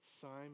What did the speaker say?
Simon